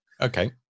Okay